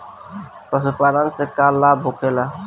पशुपालन से का लाभ होखेला?